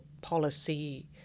policy